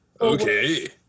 Okay